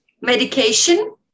medication